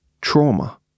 Trauma